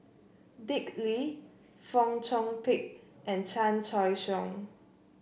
Dick Lee Fong Chong Pik and Chan Choy Siong